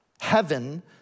heaven